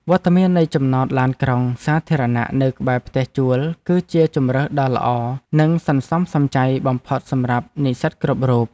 វត្តមាននៃចំណតឡានក្រុងសាធារណៈនៅក្បែរផ្ទះជួលគឺជាជម្រើសដ៏ល្អនិងសន្សំសំចៃបំផុតសម្រាប់និស្សិតគ្រប់រូប។